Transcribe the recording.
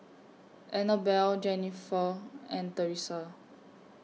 Annabella Jennifer and Thresa